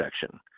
section